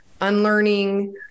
unlearning